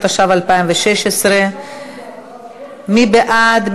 התשע"ו 2016. מי בעד?